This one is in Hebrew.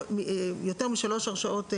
משלוש הרשאות אישיות.